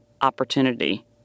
opportunity